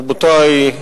רבותי,